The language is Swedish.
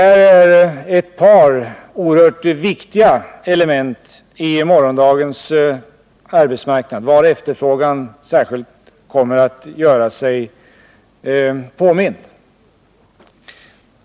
De här båda områdena är viktiga sektorer i bedömningen av morgondagens arbetsmarknad och av var efterfrågan på arbetskraft kommer att göra sig särskilt påmind.